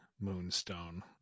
moonstone